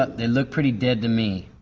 but they look pretty dead to me.